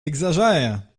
exagère